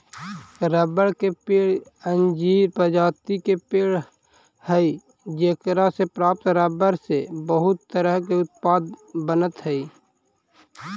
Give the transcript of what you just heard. रबड़ के पेड़ अंजीर प्रजाति के पेड़ हइ जेकरा से प्राप्त रबर से बहुत तरह के उत्पाद बनऽ हइ